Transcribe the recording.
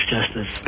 Justice